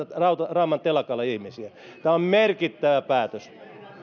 rauman telakalla ihmisiä tämä on merkittävä päätös